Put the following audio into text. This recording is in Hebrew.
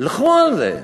לכו על זה.